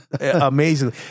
amazing